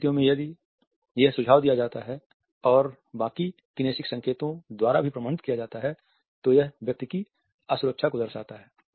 इन स्थितियों में यदि यह सुझाव दिया जाता है और बाकी किनेसिक संकेतों द्वारा भी प्रमाणित किया जाता है तो यह व्यक्ति की असुरक्षा को दर्शाता है